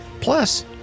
Plus